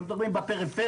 אנחנו מדברים על פריפריה,